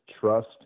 trust